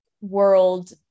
world